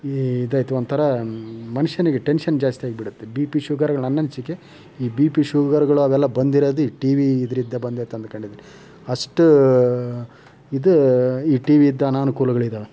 ಇದು ಐತಿ ಒಂಥರಾ ಮನುಷ್ಯನಿಗೆ ಟೆನ್ಶನ್ ಜಾಸ್ತಿ ಆಗ್ಬಿಡತ್ತೆ ಬಿ ಪಿ ಶುಗರ್ಗಳು ನನ್ನ ಅನ್ಸಿಕೆ ಈ ಬಿ ಪಿ ಶುಗರ್ಗಳು ಅವೆಲ್ಲಾ ಬಂದಿರೋದು ಈ ಟಿವಿ ಇದ್ರಿಂದ ಬಂದೈತೆ ಅಂದ್ಕೊಂಡಿದ್ದೀನಿ ಅಷ್ಟು ಇದು ಈ ಟಿವಿ ಇಂದ ಅನಾನುಕೂಲಗಳಿದ್ದಾವೆ